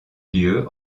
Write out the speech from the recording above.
lieu